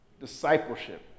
Discipleship